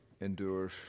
endures